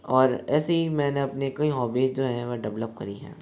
और ऐसे ही मैंने अपने कई हॉबीज जो है वो डेवलप करी है